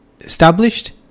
established